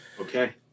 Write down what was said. Okay